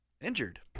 injured